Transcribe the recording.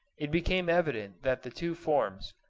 it became evident that the two forms,